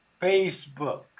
Facebook